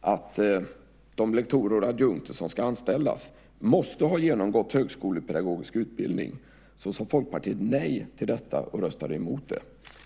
att de lektorer och adjunkter som ska anställas måste ha genomgått högskolepedagogisk utbildning sade Folkpartiet nej till det och röstade emot det.